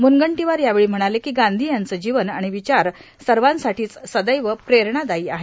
म्रनगंटीवार यावेळी म्हणाले की गांधी यांचे जीवन आणि त्यांचे विचार सर्वांसाठीच सदैव प्रेरणादायी आहेत